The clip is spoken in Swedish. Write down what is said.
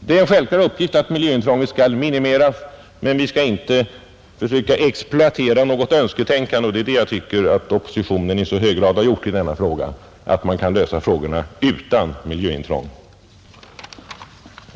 Det är en självklar uppgift att miljöintrånget skall minimeras, men vi skall inte försöka exploatera något önsketänkande, Jag tycker att oppositionen i alltför hög grad hävdar att man kan lösa problemen utan miljöintrång.